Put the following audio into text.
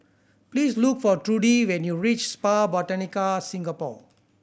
please look for Trudi when you reach Spa Botanica Singapore